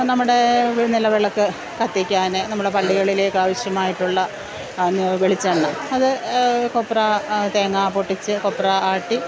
നമ്മുടെ നിലവിളക്ക് കത്തിക്കാന് നമ്മള് പള്ളികളിലേക്കാവശ്യമായിട്ടുള്ള വെളിച്ചെണ്ണ അത് കൊപ്രാ തേങ്ങാ പൊട്ടിച്ച് കൊപ്രാ ആട്ടി